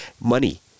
money